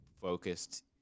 focused